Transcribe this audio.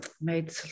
made